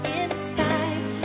inside